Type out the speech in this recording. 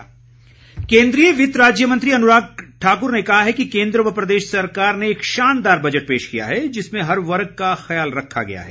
अन्राग ठाक्र केंद्रीय वित्त राज्य मंत्री अनुराग ठाक्र ने कहा है कि केंद्र व प्रदेश सरकार ने एक शानदार बजट पेश किया है जिसमें हर वर्ग का ख्याल रखा गया है